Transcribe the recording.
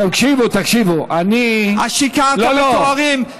תקשיבו, תקשיבו, אני, גם מעל הדוכן הוא משקר.